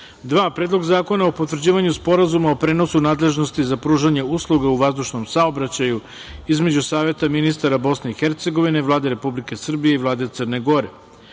2. Predlog zakona o potvrđivanju Sporazuma o prenosu nadležnosti za pružanje usluga u vazdušnom saobraćaju između Saveta ministara Bosne i Hercegovine, Vlade Republike Srbije i Vlade Crne Gore;3.